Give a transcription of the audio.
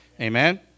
Amen